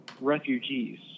refugees